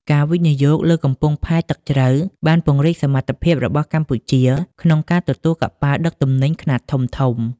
ការវិនិយោគលើកំពង់ផែទឹកជ្រៅ បានពង្រីកសមត្ថភាពរបស់កម្ពុជាក្នុងការទទួលកប៉ាល់ដឹកទំនិញខ្នាតធំៗ។